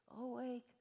Awake